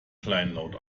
kleinlaut